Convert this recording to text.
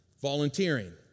volunteering